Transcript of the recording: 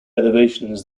elevations